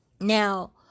Now